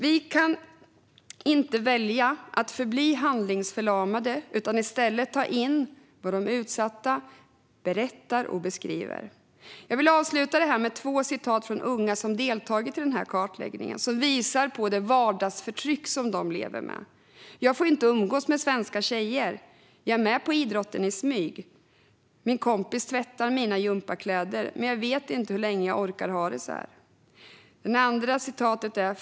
Vi kan inte välja att förbli handlingsförlamade utan måste i stället ta in vad de utsatta berättar och beskriver. Jag vill avsluta mitt anförande med två citat från unga som deltagit i kartläggningen. De visar på det vardagsförtryck som de lever med: "Jag får inte umgås med svenska tjejer. Jag är med på idrott i smyg, min kompis tvättar mina gympakläder. Vet inte hur länge jag orkar."